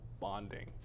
bonding